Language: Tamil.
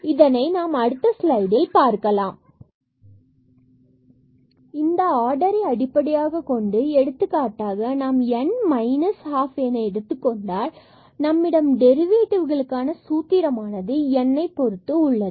இதனை அடுத்த ஸ்லைடில் பார்க்கலாம் இதை அடிப்படையாகக் கொண்டு எடுத்துக்காட்டாக இங்கு நாம் n or minus half என எடுத்துக் கொண்டால் நம்மிடம் டெரிவேடிவ்களுக்கான சூத்திரம் ஆனது n பொறுத்து உள்ளது